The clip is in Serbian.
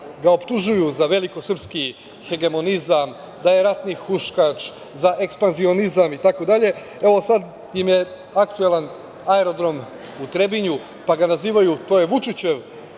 ga optužuju za velikosrpski hegemonizam, da je ratni huškač, za ekspanzionizam itd. Evo, sada im je aktuelan aerodrom u Trebinju, pa ga nazivaju – to je Vučićev